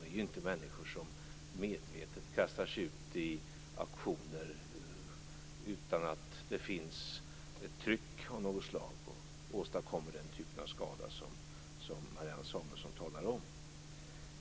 De är inte människor som medvetet kastar sig ut i aktioner utan att det finns ett tryck av något slag och åstadkommer den typ av skada som Marianne Samuelsson talar om.